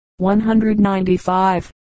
195